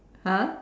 !huh!